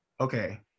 okay